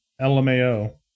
LMAO